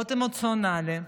מאוד אמוציונלי.